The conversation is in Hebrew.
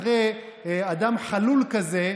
אחרי אדם חלול כזה,